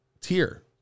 tier